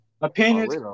opinions